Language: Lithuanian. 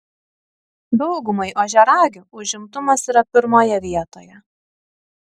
daugumai ožiaragių užimtumas yra pirmoje vietoje